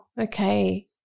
Okay